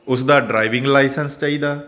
ਉਸ ਦਾ driving licence ਚਾਹੀਦਾ